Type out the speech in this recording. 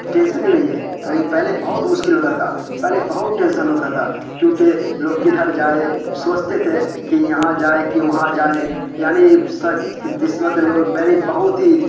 tension ہی نہیں ہے لیکن پہلے بہت مشکل ہوتا تھا پہلے بہت ٹینشن ہوتا تھا کیونکہ لوگ کدھر جائے سوچتے تھے کہ یہاں جائے کہ وہاں جائیں یعنی جس وقت لوگ یعنی بہت ہی